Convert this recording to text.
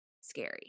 scary